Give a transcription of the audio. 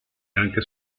anche